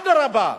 אדרבה.